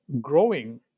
growing